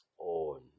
own